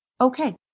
okay